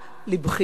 לבחינה,